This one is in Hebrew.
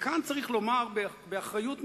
כאן צריך לומר באחריות מלאה: